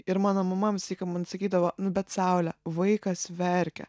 ir mano mama sykį man sakydavo nu bet saule vaikas verkia